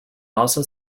also